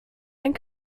ein